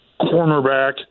Cornerback